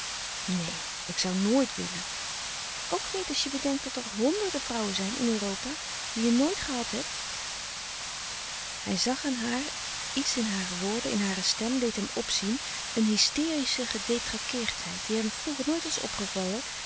neen ik zoû nooit willen ook niet als je bedenkt dat er honderde vrouwen zijn in europa die je nooit gehad hebt hij zag haar aan iets in hare woorden in louis couperus de stille kracht hare stem deed hem opzien een hysterische gedetraqueerdheid die hem vroeger nooit was opgevallen